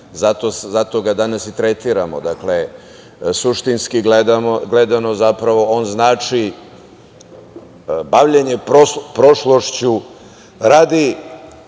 zato ga danas i tretiramo, suštinski gledano, zapravo, on znači bavljenje prošlošću radi